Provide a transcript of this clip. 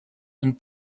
and